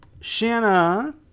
Shanna